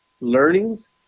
learnings